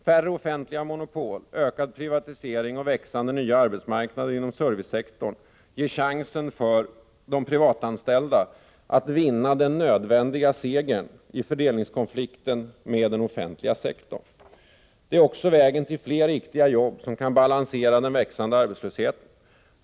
Färre offentliga monopol, ökad privatisering och växande nya arbetsmarknader inom servicesektorn ger chansen för de privatanställda att vinna den nödvändiga segern i fördelningskonflikten med den offentliga sektorn. Det är också vägen till fler riktiga jobb som kan balansera den växande arbetslösheten.